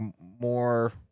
more